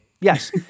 Yes